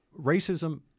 Racism